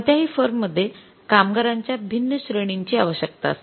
कोणत्याही फर्म मध्ये कामगारांच्या भिन्न श्रेणींनींची आवश्यकता असते